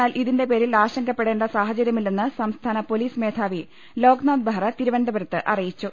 എന്നാൽ ഇതിന്റെ പേരിൽ ആശങ്കപ്പെടേണ്ട സാഹ ചര്യമില്ലെന്ന് സംസ്ഥാന പൊലീസ് മേധാവി ലോക്നാഥ് ബെഹ്റ തിരുവനന്തപുരത്ത് അറിയിച്ചു